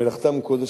מלאכתם קודש,